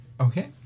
Okay